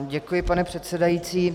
Děkuji, pane předsedající.